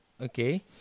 okay